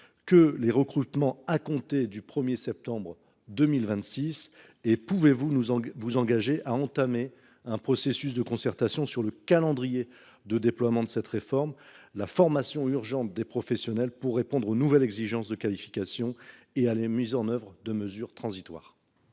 aux recrutements qu’à compter du 1 septembre 2026 ? Par ailleurs, vous engagez vous à entamer un processus de concertation sur le calendrier de déploiement de cette réforme, sur la formation de professionnels en urgence pour répondre aux nouvelles exigences de qualification et sur la mise en œuvre de mesures transitoires ?